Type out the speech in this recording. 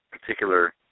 particular